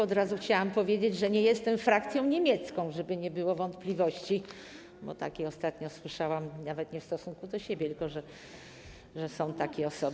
Od razu chciałam powiedzieć, że nie jestem z frakcji niemieckie, żeby nie było wątpliwości, bo takie słowa ostatnio słyszałam, nawet nie w stosunku do siebie, tylko że są takie osoby.